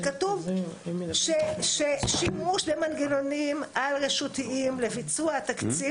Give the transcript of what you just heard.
שכתוב ששימוש במנגנונים על-רשותיים לביצוע התקציב